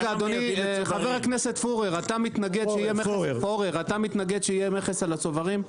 חבר הכנסת פורר, אתה מתנגד שיהיה מכס על הצוברים?